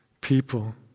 people